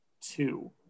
two